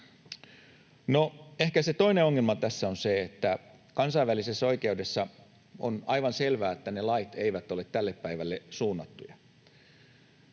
ehkä se toinen ongelma tässä on se, että kansainvälisessä oikeudessa on aivan selvää, että ne lait eivät ole tälle päivälle suunnattuja.